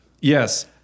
Yes